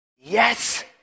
Yes